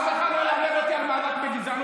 אף אחד לא ילמד אותי על מאבק בגזענות,